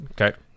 Okay